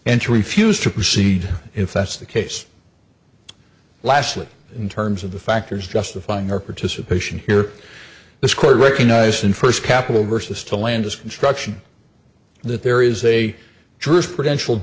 and to refuse to proceed if that's the case lastly in terms of the factors justifying their participation here this court recognized in first capital versus to landis construction that there is a drift potential